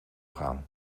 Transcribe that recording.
gaan